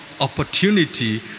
opportunity